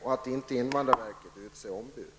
Invandrarverket skall alltså inte utse ombud.